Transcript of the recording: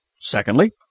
Secondly